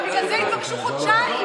אבל בגלל זה התבקשו חודשיים.